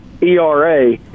ERA